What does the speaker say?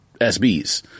SBs